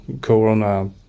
corona